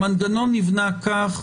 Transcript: המנגנון נבנה כך,